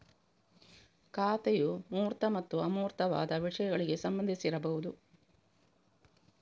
ಖಾತೆಯು ಮೂರ್ತ ಮತ್ತು ಅಮೂರ್ತವಾದ ವಿಷಯಗಳಿಗೆ ಸಂಬಂಧಿಸಿರಬಹುದು